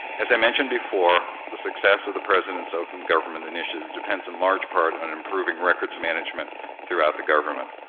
as i mentioned before, the success of the president's open government initiative depends in large part on improving records management throughout the government.